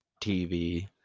TV